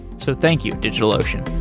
so thank you, digitalocean